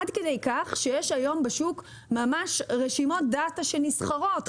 עד כדי כך שיש היום בשוק ממש רשימות דאטה שנסחרות,